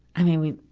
i mean,